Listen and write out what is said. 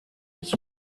scream